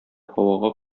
һавага